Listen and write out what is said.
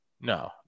No